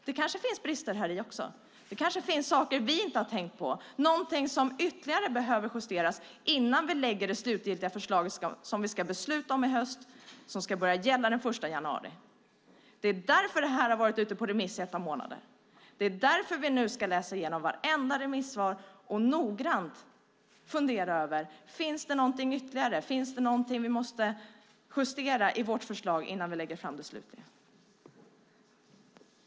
Det kanske finns brister i det också. Det kanske finns saker vi inte har tänkt på, någonting som behöver justeras ytterligare innan vi lägger fram det slutgiltiga förslag som vi ska besluta om i höst och som ska börja gälla den 1 januari. Det är därför detta har varit ute på remiss i ett par månader. Det är därför vi nu ska läsa igenom vartenda remissvar och noggrant fundera över om det finns något ytterligare som vi måste justera i förslaget innan vi lägger fram det slutgiltigt.